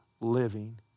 living